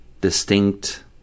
distinct